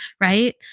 right